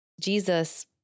Jesus